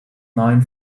nine